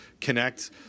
connect